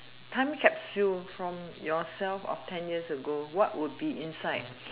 time capsule from yourself of ten years ago what would be inside